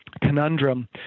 conundrum